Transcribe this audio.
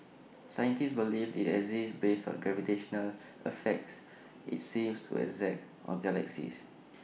scientists believe IT exists based on gravitational effects IT seems to exert on galaxies